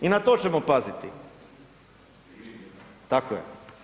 I na to ćemo paziti. … [[Upadica sa strane, ne razumije se.]] Tako je.